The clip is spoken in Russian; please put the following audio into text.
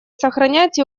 сохранять